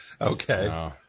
okay